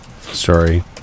Sorry